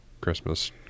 Christmas